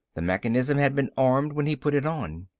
the mechanism had been armed when he put it on.